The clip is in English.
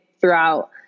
throughout